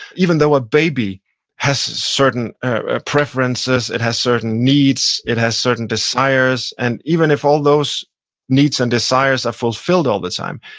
even though a baby has certain ah preferences, it has certain needs, it has certain desires, and even if all those needs and desires are fulfilled all the time,